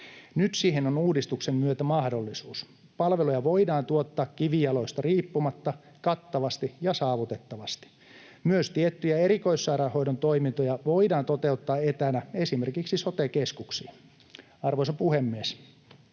Nyt siihen on uudistuksen myötä mahdollisuus. Palveluja voidaan tuottaa kivijaloista riippumatta kattavasti ja saavutettavasti. Myös tiettyjä erikoissairaanhoidon toimintoja voidaan toteuttaa etänä esimerkiksi sote-keskuksiin. Arvoisa puhemies!